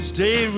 Stay